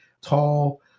tall